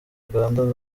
uganda